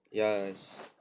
yes